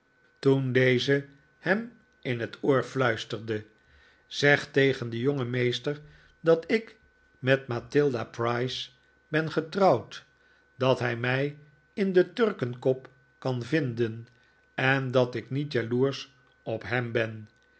ontvluchting deze hem in net oor fluisterde zeg tegen den jongen meester dat ik met mathilda price ben getrouwd dat hij mij in de turkenkop kan vinden en dat ik niet jaloersch op hem ben